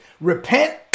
Repent